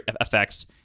effects